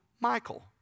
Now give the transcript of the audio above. Michael